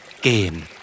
game